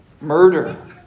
murder